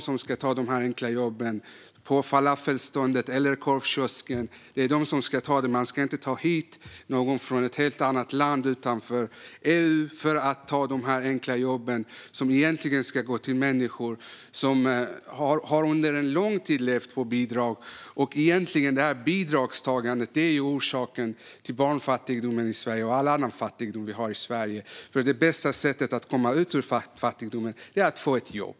Det är de som ta de enkla jobben i falafelståndet eller korvkiosken; man ska inte ta hit någon från ett helt annat land utanför EU för att utföra dessa enkla jobb. De ska gå till människor som under lång tid har levt på bidrag. Bidragstagandet är orsaken till barnfattigdom och all annan fattigdom vi har i Sverige. Det bästa sättet att komma ur fattigdomen är att få ett jobb.